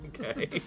Okay